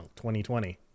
2020